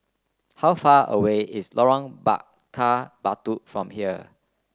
how far away is Lorong Bakar Batu from here